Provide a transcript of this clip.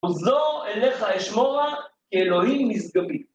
עזו אליך אשמורה, כי אלוהים משגבי.